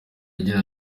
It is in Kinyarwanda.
agira